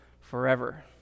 forever